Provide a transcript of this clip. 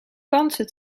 kansen